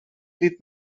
dit